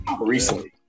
Recently